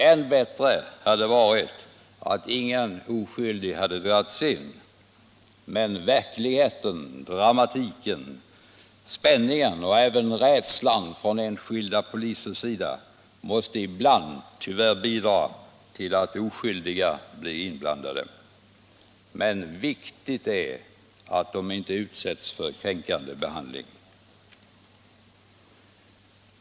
Än bättre hade varit om inga oskyldiga hade dragits in. Men verkligheten, dramatiken, spänningen och även rädslan från enskilda polisers sida bidrar ibland tyvärr till att oskyldiga blir inblandade. Viktigt är emellertid att de inte utsätts för kränkande behandling.